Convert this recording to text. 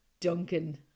Duncan